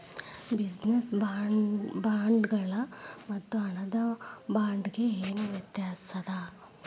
Business ಬಾಂಡ್ಗಳ್ ಮತ್ತು ಹಣದ ಬಾಂಡ್ಗ ಏನ್ ವ್ಯತಾಸದ?